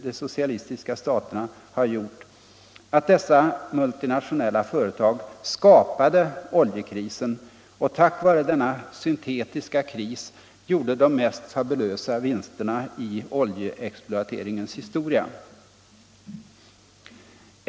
de socialistiska staterna har gjort, att dessa multinationella företag skapade oljekrisen och tack vare denna syntetiska kris gjorde de mest fabulösa vinsterna i oljeexploateringens historia.